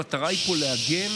המטרה היא פה להגן,